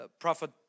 prophet